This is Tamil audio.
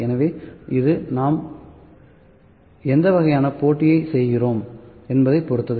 எனவே இது நாம் எந்த வகையான போட்டியைச் செய்கிறோம் என்பதைப் பொறுத்தது